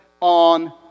on